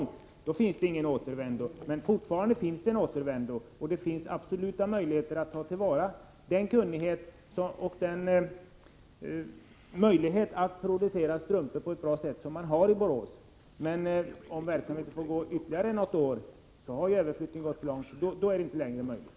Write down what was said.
Fortfarande finns det emellertid en återvändo, och det finns klara möjligheter att ta till vara den kunnighet och de förutsättningar att producera strumpor på ett bra sätt som finns i Borås. Om ytterligare något år är det däremot inte längre möjligt.